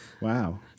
wow